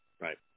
Right